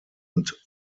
und